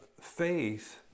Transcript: Faith